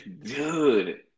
Dude